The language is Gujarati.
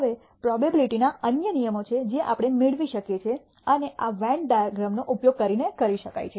હવે પ્રોબેબીલીટી ના અન્ય નિયમો છે જે આપણે મેળવી શકીએ છીએ અને આ વેન ડાયાગ્રામનો ઉપયોગ કરીને કરી શકાય છે